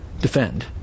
defend